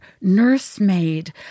nursemaid